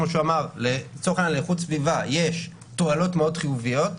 כמו שהוא אמר לצורך העניין לאיכות הסביבה יש תועלות מאוד חיוביות,